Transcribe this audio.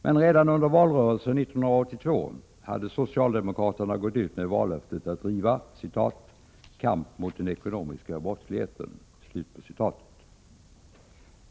Men redan under valrörelsen 1982 hade socialdemokraterna gått ut med vallöftet att driva ”kamp mot den ekonomiska brottsligheten”.